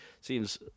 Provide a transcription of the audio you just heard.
seems